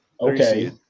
Okay